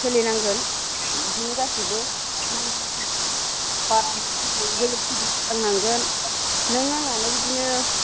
सोलिनांगोन बिदिनो गासिबो नों आङानो बिदिनो